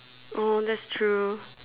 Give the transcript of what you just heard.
oh that's true